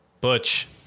Butch